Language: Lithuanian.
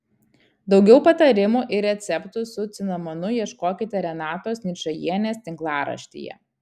daugiau patarimų ir receptų su cinamonu ieškokite renatos ničajienės tinklaraštyje